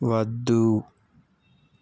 వద్దు